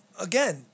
Again